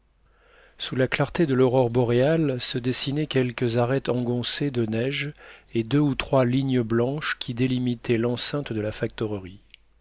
sous la clarté de l'aurore boréale se dessinaient quelques arêtes engoncées de neige et deux ou trois lignes blanches qui délimitaient l'enceinte de la